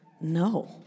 no